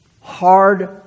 Hard